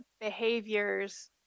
behaviors